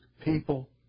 people